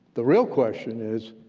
the real question is